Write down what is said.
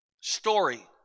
story